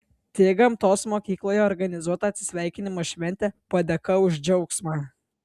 tik gamtos mokykloje organizuota atsisveikinimo šventė padėka už džiaugsmą